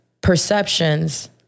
perceptions